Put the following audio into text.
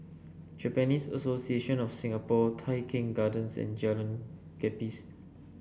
Japanese Association of Singapore Tai Keng Gardens and Jalan Gapis